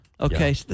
Okay